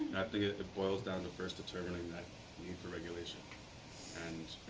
it bills down to first determining that need for regulation and